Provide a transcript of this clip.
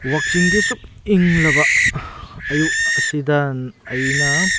ꯋꯥꯛꯆꯤꯡꯒꯤ ꯑꯁꯨꯛ ꯏꯪꯂꯤꯡꯂꯕ ꯑꯌꯨꯛ ꯑꯁꯤꯗ ꯑꯩꯅ